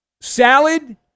salad